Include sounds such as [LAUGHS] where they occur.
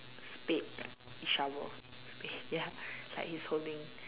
spade shovel spade ya [LAUGHS] like he's holding